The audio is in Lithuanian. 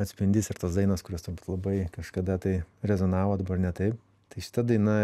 atspindys ir tos dainos kurios turbūt labai kažkada tai rezonavo dabar ne taip tai šita daina